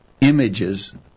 images